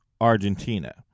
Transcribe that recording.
Argentina